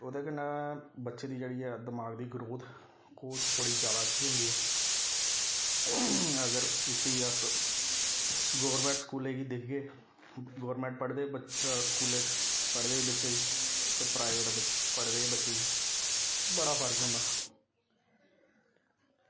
ओह्दे कन्नै बच्चे दी जेह्ड़ी ऐ दमाग दी ग्रोथ ओह् थोह्ड़ी जैदा अच्छी होंदी ऐ अगर उसी अस गौरमेंट स्कूलै गी दिखगे गौरमेंट पढ़दे स्कूलें च पढ़दे बच्चे ते प्राईवेट पढ़दे बच्चे गी बड़ा फर्क होंदा